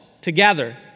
together